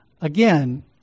again